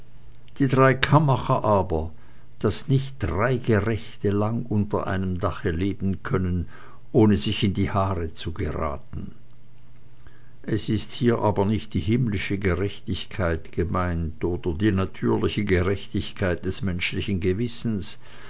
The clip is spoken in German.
die drei kammacher aber daß nicht drei gerechte lang unter einem dache leben können ohne sich in die haare zu geraten es ist hier aber nicht die himmlische gerechtigkeit gemeint oder die natürliche gerechtigkeit des menschlichen gewissens